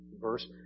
verse